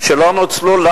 שלא נוצלו.